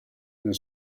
nel